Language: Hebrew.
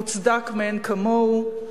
המוצדק מאין כמוהו,